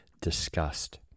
disgust